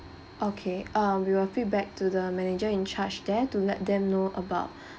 okay uh we will feedback to the manager in charge there to let them know about